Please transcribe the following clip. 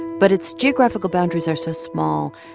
but its geographical boundaries are so small.